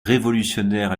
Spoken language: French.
révolutionnaire